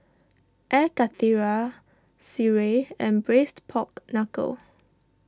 Air Karthira Sireh and Braised Pork Knuckle